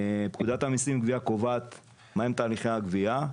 פקודת המסים (גביה) קובעת מהם תהליכי הגבייה,